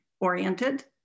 oriented